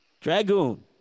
Dragoon